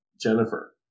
Jennifer